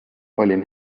olin